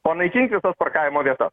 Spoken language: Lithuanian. panaikink visas parkavimo vietas